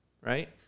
right